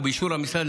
ובאישור המשרד,